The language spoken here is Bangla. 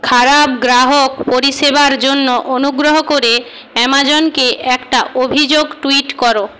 খারাপ গ্রাহক পরিষেবার জন্য অনুগ্রহ করে অ্যামাজনকে একটা অভিযোগ ট্যুইট করো